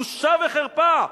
בושה וחרפה.